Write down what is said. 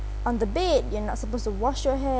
on the bed you're not supposed to wash your hai~